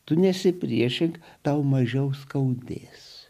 tu nesipriešink tau mažiau skaudės